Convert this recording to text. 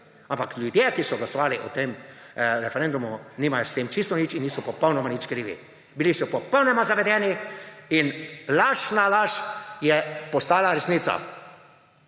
Ampak ljudje, ki so glasovali na tem referendumu, nimajo s tem čisto nič in niso popolnoma nič krivi. Bili so popolnoma zavedeni in laž na laž je postala resnica.